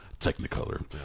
technicolor